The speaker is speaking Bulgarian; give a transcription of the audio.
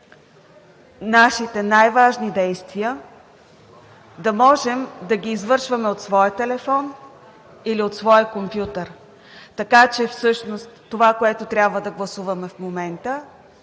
нашите най-важни действия да можем да ги извършваме от своя телефон или от своя компютър, така че всъщност това, което трябва да гласуваме в момента,